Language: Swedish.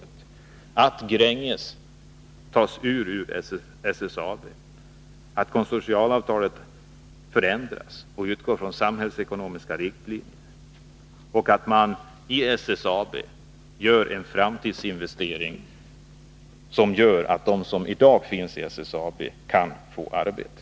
Det innebär att Gränges tas ur SSAB, att konsortialavtalet förändras så att det utgår från samhällsekonomiska riktlinjer och att man inom SSAB gör en framtidsinvestering, för att de som i dag finns inom SSAB skall få arbete.